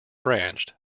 branched